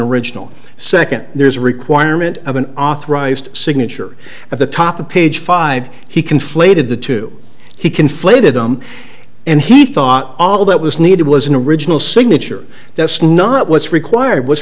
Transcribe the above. original second there's a requirement of an authorized signature at the top of page five he conflated the two he conflated them and he thought all that was needed was an original signature that's not what's required what's